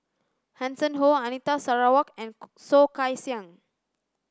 Hanson Ho Anita Sarawak and Soh Kay Siang